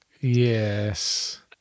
Yes